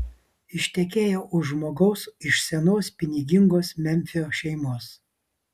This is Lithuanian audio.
ištekėjo už žmogaus iš senos pinigingos memfio šeimos